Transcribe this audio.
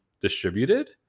distributed